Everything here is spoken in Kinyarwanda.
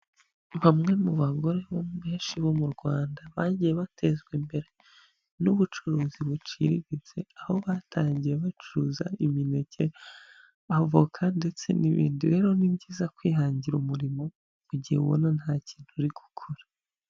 Bamwe mu bagore benshi bo mu Rwanda bagiye batezwa imbere n'ubucuruzi buciriritse, aho batangiye bacuruza imineke, avoka ndetse n'ibindi, rero ni byiza kwihangira umurimo mu gihe ubona nta kintu uri gukora.